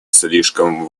слишком